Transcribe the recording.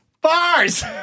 Bars